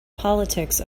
politics